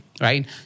right